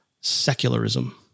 secularism